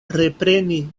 repreni